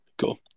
Cool